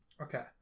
Okay